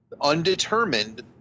undetermined